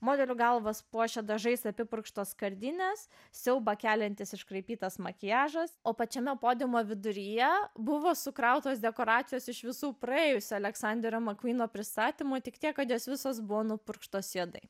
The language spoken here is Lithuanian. modelių galvas puošia dažais apipurkšto skardinės siaubą keliantis iškraipytas makiažas o pačiame podiumo viduryje buvo sukrautos dekoracijos iš visų praėjusio aleksanderio makvyno pristatymo tik tiek kad jos visos buvo nupurkštos juodai